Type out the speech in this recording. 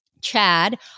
Chad